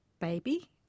baby